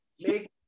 make